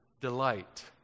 delight